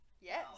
Yes